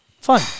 Fun